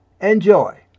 Enjoy